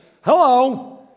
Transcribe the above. Hello